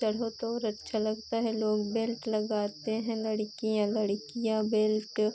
चढ़ो तो और अच्छा लगता है लोग बेल्ट लगाते हैं लड़कियाँ लड़कियाँ बेल्ट